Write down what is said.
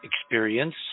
experience